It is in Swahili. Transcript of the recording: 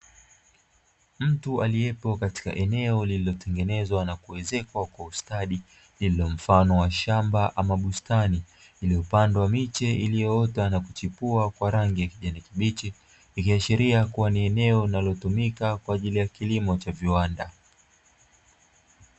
Mtu aliyepo katika eneo lililotengenezwa na kuezekwa kwa ustadi lililo mfano wa shamba ama bustani, iliyopandwa miche iliyoota na kuchipua kwa rangi ya kijani kibichi, ikiashiria kuwa ni eneo linalotumika kwa ajili ya kilimo cha viwanda.